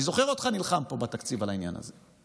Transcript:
אני זוכר אותך נלחם פה בתקציב על העניין הזה.